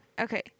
Okay